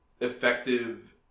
effective